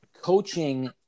coaching